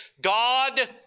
God